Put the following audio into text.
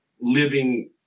living